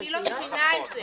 אני לא מבינה את זה.